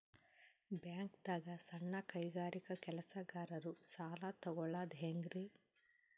ಬ್ಯಾಂಕ್ದಾಗ ಸಣ್ಣ ಕೈಗಾರಿಕಾ ಕೆಲಸಗಾರರು ಸಾಲ ತಗೊಳದ್ ಹೇಂಗ್ರಿ?